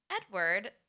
Edward –